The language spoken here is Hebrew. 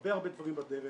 הרבה הרבה דברים בדרך,